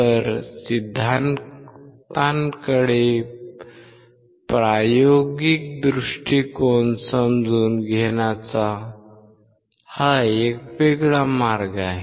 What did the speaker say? तर सिद्धांताकडे प्रायोगिक दृष्टिकोन समजून घेण्याचा हा एक वेगळा मार्ग आहे